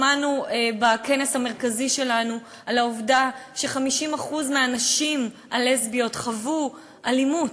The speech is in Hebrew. שמענו בכנס המרכזי שלנו על העובדה ש-50% מהנשים הלסביות חוו אלימות,